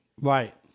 Right